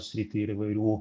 sritį ir įvairių